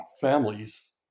families